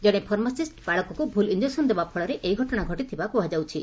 ଜଶେ ଫାର୍ମାସିଷ୍ ବାଳକକୁ ଭୁଲ୍ ଇଞେକ୍ସନ୍ ଦେବା ଫଳରେ ଏହି ଘଟଶା ଘଟିଥିବା କୁହାଯାଉଛି